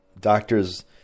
doctors